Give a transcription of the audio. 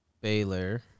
Baylor